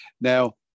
now